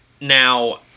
Now